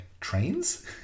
trains